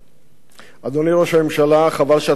אדוני ראש הממשלה, חבל שאתה לא נמצא כאן.